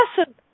awesome